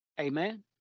Amen